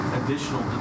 additional